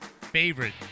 favorite